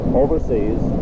overseas